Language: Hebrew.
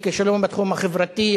היא כישלון בתחום החברתי,